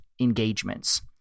engagements